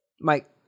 Mike